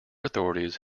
authorities